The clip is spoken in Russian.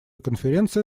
конференция